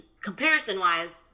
comparison-wise